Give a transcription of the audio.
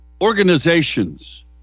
organizations